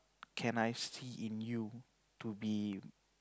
can I see in you to be